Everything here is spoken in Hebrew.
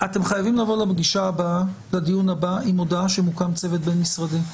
אתם חייבים לבוא לדיון הבא עם הודעה שמוקם צוות בין-משרדי.